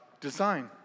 design